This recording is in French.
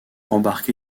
embarqué